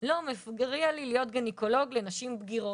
לא מפריע לי להיות גניקולוג לנשים בגירות,